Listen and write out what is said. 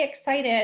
excited